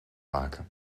maken